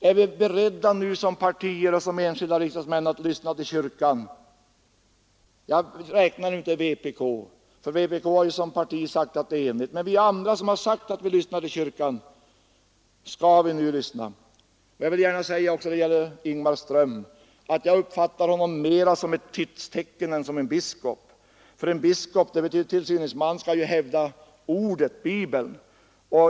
Är vi beredda nu, som partier och som enskilda riksdagsledamöter, att lyssna till kyrkan? Jag räknar inte med vpk i det här fallet, eftersom det partiet sagt sig vara enigt för fri abort. Men vi andra, som har sagt att vi lyssnar till kyrkan, skall vi nu lyssna? Jag vill gärna säga i detta sammanhang att jag uppfattar Ingmar Ström mer som ett tidstecken än som en biskop — för en biskop skall vara kyrkans tillsyningsman och hävda Ordet, Bibeln.